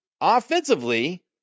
offensively